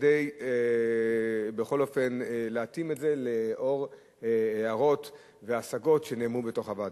כדי בכל אופן להתאים את זה לאור הערות והשגות שנאמרו בוועדה.